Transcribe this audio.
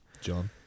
John